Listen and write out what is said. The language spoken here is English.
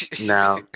Now